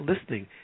listening